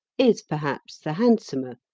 is perhaps the handsomer,